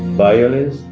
violence,